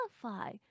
qualify